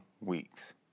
weeks